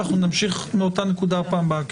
ונמשיך מאותה נקודה בפעם הבאה.